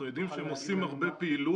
אנחנו יודעים שהם עושים שהם עושים הרבה פעילות,